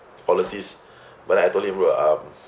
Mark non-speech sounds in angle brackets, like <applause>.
policies <breath> but I told him bro um